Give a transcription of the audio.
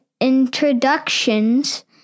introductions